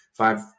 five